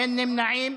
אין נמנעים,